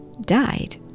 died